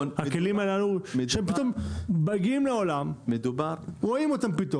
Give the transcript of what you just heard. הכלים הללו שמגיעים לעולם, פתאום רואים אותם,